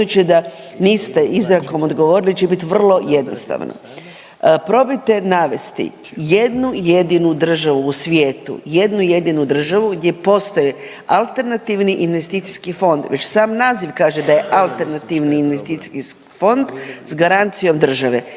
će biti vrlo jednostavno. Probajte navesti jednu jedinu državu u svijetu, jednu jedinu državu gdje postoje alternativni investicijski fond. Već sam naziv kaže da je alternativni investicijski fond sa garancijom države.